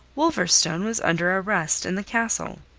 wolverstone was under arrest in the castle.